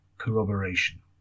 corroboration